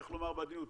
איך לומר בעדינות?